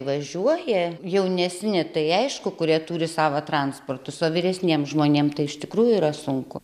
važiuoja jaunesni tai aišku kurie turi savo transportus o vyresniem žmonėm tai iš tikrųjų yra sunku